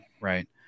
right